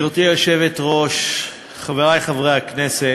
גברתי היושבת-ראש, חברי חברי הכנסת,